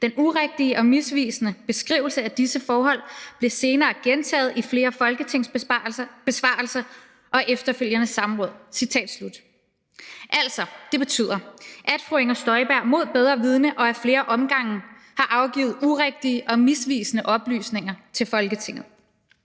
Den urigtige og misvisende beskrivelse af disse forhold blev senere gentaget i flere folketingsbesvarelser og efterfølgende samråd«. Altså, det betyder, at fru Inger Støjberg mod bedre vidende og ad flere omgange har afgivet urigtige og misvisende oplysninger til Folketinget.